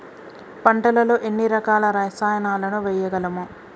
పంటలలో ఎన్ని రకాల రసాయనాలను వేయగలము?